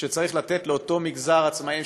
שצריך לתת לאותו מגזר עצמאים,